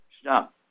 stop